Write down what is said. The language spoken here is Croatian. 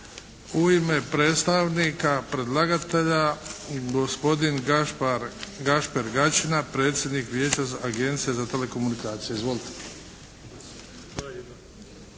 U ime predstavnika predlagatelja gospodin Gašper Gačina predsjednik Vijeća Agencije za telekomunikacije. Izvolite.